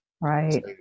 Right